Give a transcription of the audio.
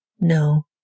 No